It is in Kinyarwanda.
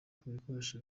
kubikoresha